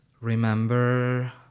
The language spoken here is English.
remember